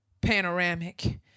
panoramic